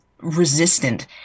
resistant